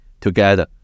together